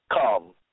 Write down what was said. Come